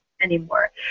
anymore